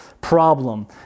problem